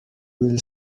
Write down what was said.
will